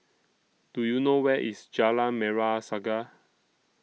Do YOU know Where IS Jalan Merah Saga